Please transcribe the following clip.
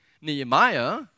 Nehemiah